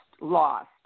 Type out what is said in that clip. lost